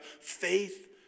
faith